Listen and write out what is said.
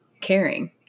caring